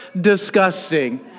disgusting